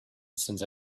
since